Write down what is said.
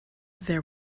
there